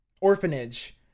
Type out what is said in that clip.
Orphanage